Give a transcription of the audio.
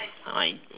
my